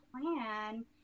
plan